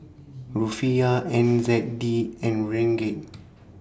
Rufiyaa N Z D and Ringgit